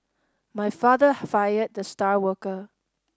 my father fired the star worker